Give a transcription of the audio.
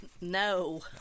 No